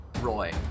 Roy